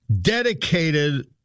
dedicated